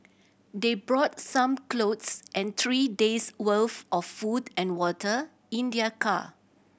they brought some clothes and three days' worth of food and water in their car